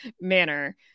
manner